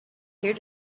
here